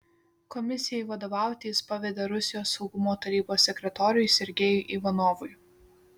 komisijai vadovauti jis pavedė rusijos saugumo tarybos sekretoriui sergejui ivanovui